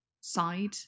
side